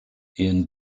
ian